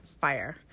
fire